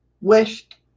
wished